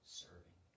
serving